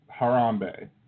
Harambe